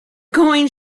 going